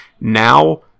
Now